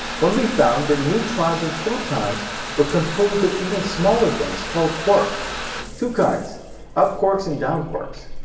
when we found that neutrons and protons were composed of even smaller things called quarks two kinds up quarks and down quarks.